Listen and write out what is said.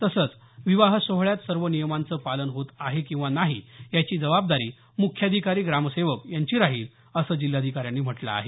तसंच विवाह सोहळ्यात सर्व नियमांचं पालन होत आहे किंवा नाही याची जबाबदारी मुख्याधिकारी ग्रामसेवक यांची राहील असं जिल्हाधिकाऱ्यांनी म्हटलं आहे